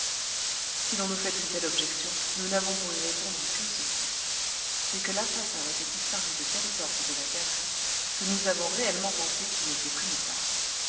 si l'on nous fait une telle objection nous n'avons pour y répondre que ceci c'est que l'assassin était disparu de telle sorte de la galerie que nous avons réellement pensé qu'il n'était plus nulle part